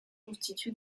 constitué